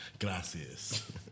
Gracias